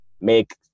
make